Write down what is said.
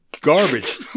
garbage